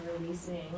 releasing